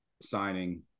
signing